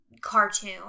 cartoon